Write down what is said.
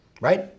right